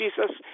Jesus